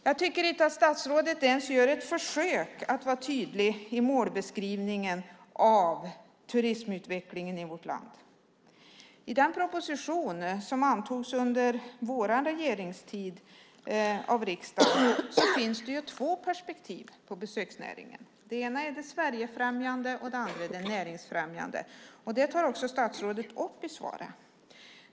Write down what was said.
Jag tycker inte att statsrådet ens gör ett försök att vara tydlig i målbeskrivningen av turismutvecklingen i vårt land. I den proposition som antogs av riksdagen under vår regeringstid finns det två perspektiv på besöksnäringen. Det ena är det Sverigefrämjande, det andra är det näringsfrämjande. Det tar också statsrådet upp i svaret.